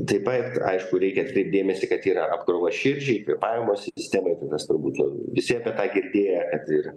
taip pat aišku reikia atkreipt dėmesį kad yra apkrova širdžiai kvėpavimo sistemai tada svarbu tie visi apie tą girdėję kad ir